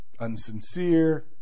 unsincere